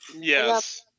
Yes